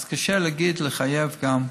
אז קשה לחייב גם,